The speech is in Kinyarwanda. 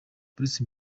bruce